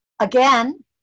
Again